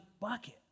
bucket